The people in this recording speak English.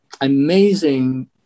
amazing